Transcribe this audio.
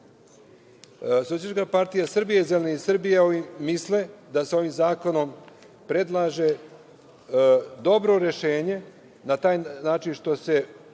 delatnosti. Socijalistička partija Srbije i Zeleni Srbije misle da se ovim zakonom predlaže dobro rešenje na taj način što se